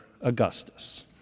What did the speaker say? Augustus